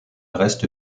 reste